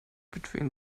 between